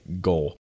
goal